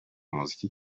umuziki